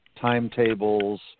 timetables